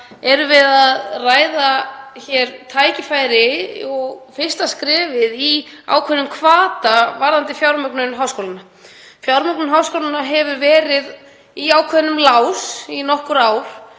erum við að ræða hér tækifæri og fyrsta skrefið í ákveðnum hvata varðandi fjármögnun háskólanna. Fjármögnun háskólanna hefur verið í ákveðnum lás í nokkur ár.